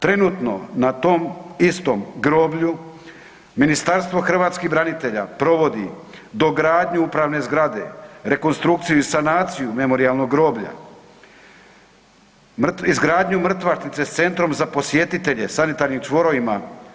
Trenutno na tom istom groblju Ministarstvo hrvatskih branitelja provodi dogradnju upravne zgrade, rekonstrukciju i sanaciju Memorijalnog groblja, izgradnju mrtvačnice sa centrom za posjetitelje, sanitarnim čvorovima.